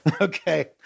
Okay